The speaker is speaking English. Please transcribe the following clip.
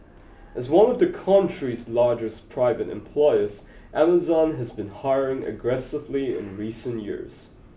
as one of the country's largest private employers Amazon has been hiring aggressively in recent years